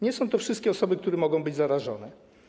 Nie są to wszystkie osoby, które mogą być zarażone.